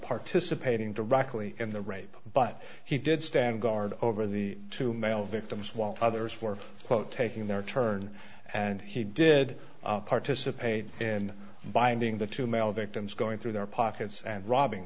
participating directly in the rape but he did stand guard over the two male victims while others were quote taking their turn and he did participate in binding the two male victims going through their pockets and robbing